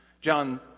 John